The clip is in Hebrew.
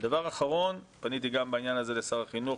ודבר אחרון פניתי בעניין הזה לשר החינוך